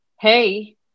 hey